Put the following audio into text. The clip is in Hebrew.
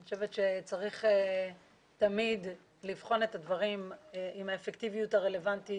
אני חושבת שתמיד צריך לבחון את הדברים עם האפקטיביות הרלוונטית